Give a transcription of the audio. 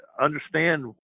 understand